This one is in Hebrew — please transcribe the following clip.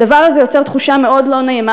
הדבר הזה יוצר תחושה מאוד לא נעימה